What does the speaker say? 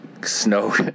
Snow